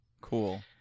Cool